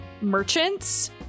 merchants